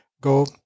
go